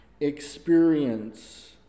experience